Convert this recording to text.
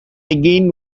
again